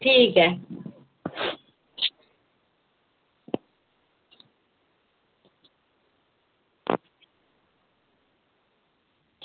ठीक ऐ